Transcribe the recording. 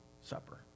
Supper